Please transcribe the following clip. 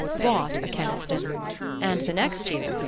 bought a keniston and the next year,